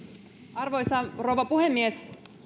arvoisa rouva puhemies